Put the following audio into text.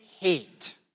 hate